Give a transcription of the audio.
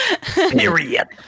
Period